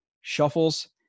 Shuffles